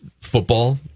football